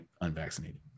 unvaccinated